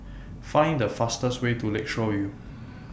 Find The fastest Way to Lakeshore YOU